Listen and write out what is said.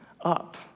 up